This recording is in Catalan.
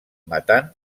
matant